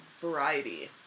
variety